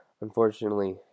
unfortunately